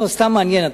סתם מעניין,